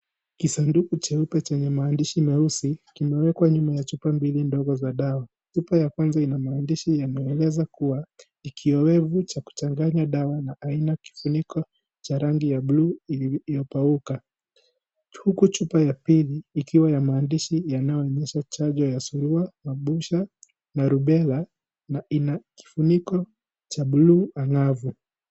Kisanduku cheupe chenye maandishi meusi kimewekwa nyuma ya chupa mbili ndogo za dawa. Chupa ya kwanza ina maandishi yanayoeleza kuwa ni kiowevu cha kuchanganya dawa na ina kifuniko cha rangi ya buluu iliyopauka, huku chupa ya pili ikiwa ya maandishi yanayoonyesha chanjo ya surua, abusha, na rubela na ina kifuniko cha buluu angavu.